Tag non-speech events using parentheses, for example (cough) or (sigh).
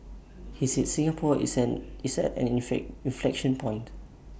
he said Singapore is an is at an (unintelligible) inflection point